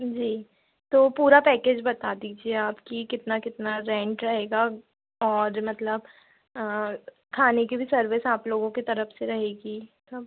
जी तो पूरा पैकेज बता दीजिए आप कि कितना कितना रेंट रहेगा और मतलब खाने की भी सर्विस आप लोगों की तरफ़ से रहेगी हँ